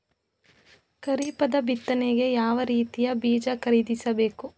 ಖರೀಪದ ಬಿತ್ತನೆಗೆ ಯಾವ್ ರೀತಿಯ ಬೀಜ ಖರೀದಿಸ ಬೇಕು?